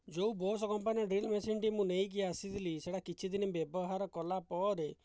ଯେଉଁ Bose company drill ମେସିନ୍ଟି ମୁଁ ନେଇକି ଆସିଥିଲି ସେଟା କିଛି ଦିନି ବ୍ୟବହାର କଲା ପରେ